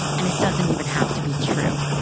and it doesn't even have to be true.